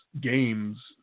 games